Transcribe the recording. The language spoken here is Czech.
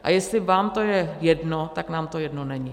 A jestli vám to je jedno, tak nám to jedno není!